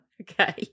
Okay